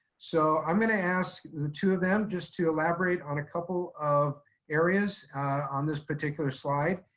so i'm gonna ask the two of them just to elaborate on a couple of areas on this particular slide,